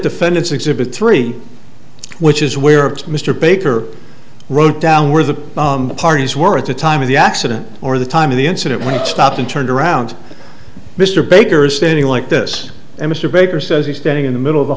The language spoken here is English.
defendant's exhibit three which is where mr baker wrote down where the parties were at the time of the accident or the time of the incident when he stopped and turned around mr baker is standing like this and mr baker says he's standing in the middle of the